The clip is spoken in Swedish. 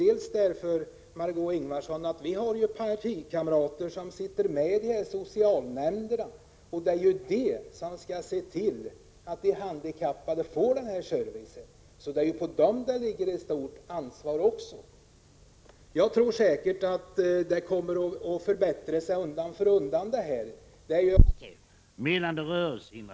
Vi har ju, Margö Ingvardsson, partikamrater som sitter med i socialnämnderna i kommunerna, och det är de som skall se till att de handikappade får den service de skall ha. Också på dessa människor ligger ett stort ansvar. Jag tror säkert att förhållandena kommer att förbättras undan för undan. Det är, såsom här har sagts, en ramlagstiftning, och det kanske dröjer en viss tid innan en bra verksamhet kommer i gång.